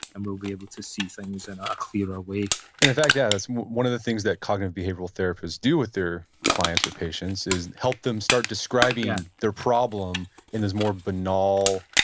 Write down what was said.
and we'll be able to see things in a clearer way in fact, yeah, that's one of the things that cognitive behavioral therapists do with their clients or patients, is help them start describing ah their problem in this more banal,